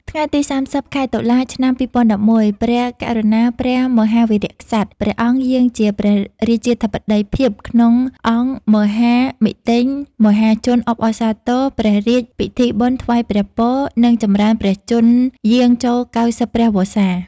ថ្ងៃទី៣០ ខែតុលា ឆ្នាំ២០១១ ព្រះករុណាព្រះមហាវីរក្សត្រ ព្រះអង្គយាងជាព្រះរាជាធិបតីភាពក្នុងអង្គមហាមិទ្ទិញមហាជនអបអរសាទរព្រះរាជពិធីបុណ្យថ្វាយព្រះពរ និងចម្រើនព្រះជន្មយាងចូល ៩០ ព្រះវស្សា។